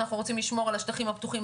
אנחנו רוצים לשמור על השטחים הפתוחים,